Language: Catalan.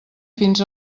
fins